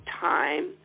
time